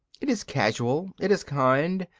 it is casual, it is kind,